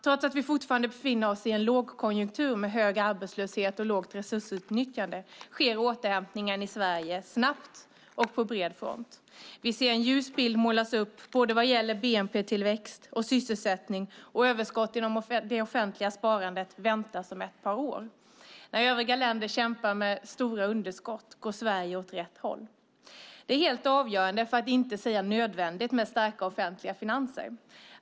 Trots att vi fortfarande befinner oss i en lågkonjunktur med hög arbetslöshet och lågt resursutnyttjande sker återhämtningen i Sverige snabbt och på bred front. Vi ser en ljus bild målas upp både vad gäller bnp-tillväxt och sysselsättning, och överskott i det finansiella sparandet väntas om ett par år. När övriga länder kämpar med stora underskott går Sverige åt rätt håll. Det är helt avgörande, för att inte säga nödvändigt, med starka offentliga finanser.